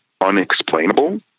unexplainable